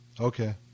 Okay